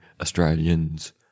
Australians